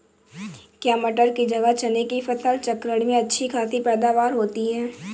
क्या मटर की जगह चने की फसल चक्रण में अच्छी खासी पैदावार होती है?